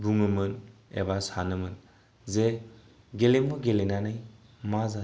बुङोमोन एबा सानोमोन जे गेलेमु गेलेनानै मा जानो